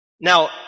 Now